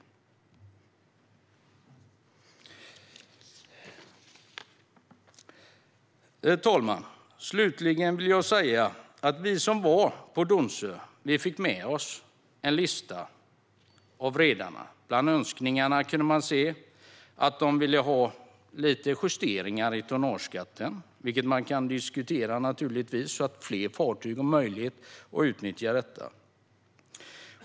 Fru talman! Jag vill slutligen säga att vi som var på Donsö fick med oss en lista av redarna. Bland önskningarna kunde man se att de ville ha lite justeringar av tonnageskatten, vilket man naturligtvis kan diskutera, så att fler fartyg får möjlighet att utnyttja detta.